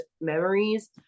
memories